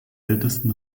ältesten